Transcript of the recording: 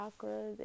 chakras